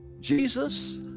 Jesus